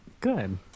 Good